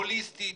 הוליסטית,